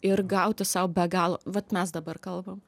ir gauti sau be galo vat mes dabar kalbam